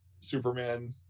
Superman